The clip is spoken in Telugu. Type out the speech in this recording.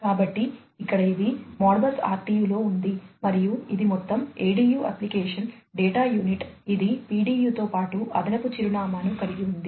కాబట్టి ఇక్కడ ఇది మోడ్బస్ RTU లో ఉంది మరియు ఇది మొత్తం ADU అప్లికేషన్ డేటా యూనిట్ ఇది PDU తో పాటు అదనపు చిరునామాను కలిగి ఉంది